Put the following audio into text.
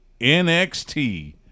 NXT